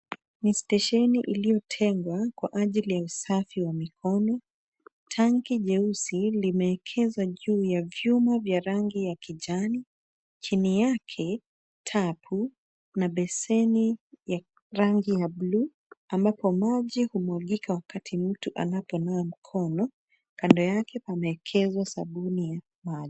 Ni stesheni iliyotengwa kwa ajili ya usafi wa mikono. Tangi nyeusi limeekezwa juu ya vyuma vya rangi ya kijani, chini yake tap na beseni ya rangi ya bluu ambapo maji humwagika wakati mtu anaponawa mikono, kando yake pamewekezwa sabuni ya maji.